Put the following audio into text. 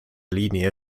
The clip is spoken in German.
linie